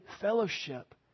fellowship